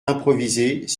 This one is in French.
improvisées